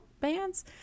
bands